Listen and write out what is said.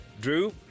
Drew